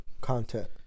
content